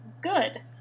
good